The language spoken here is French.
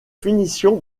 finitions